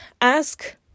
ask